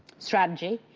strategy,